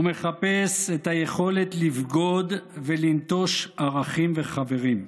הוא מחפש את היכולת לבגוד ולנטוש ערכים וחברים.